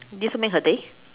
this will make her day